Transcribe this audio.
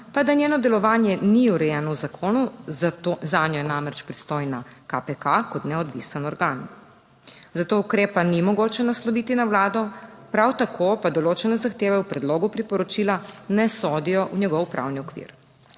pa, da njeno delovanje ni urejeno v zakonu, zanjo je namreč pristojna KPK neodvisen organ. Zato ukrepa ni mogoče nasloviti na Vlado. Prav tako pa določene zahteve v predlogu priporočila ne sodijo v njegov pravni okvir.